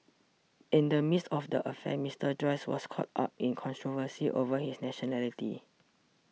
in the midst of the affair Mister Joyce was caught up in controversy over his nationality